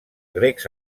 grecs